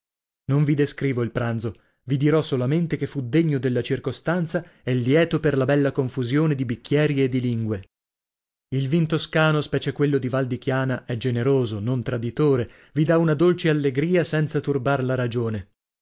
non vi descrivo il pranzo vi dirò solamente che fu degno della circostanza e lieto per una bella confusione di bicchieri e di lingue il vin toscano specie quello di val di chiana è generoso non traditore vi dà una dolce allegria senza turbar la ragione